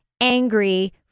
angry